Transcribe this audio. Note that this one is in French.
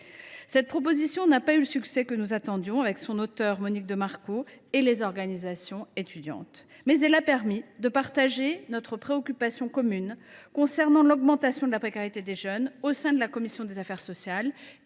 Ce texte n’a pas eu le succès que nous attendions, avec son auteure Monique de Marco et les organisations étudiantes. Mais il nous a permis d’exprimer une préoccupation commune quant à l’augmentation de la précarité des jeunes, que ce soit au sein de la commission des affaires sociales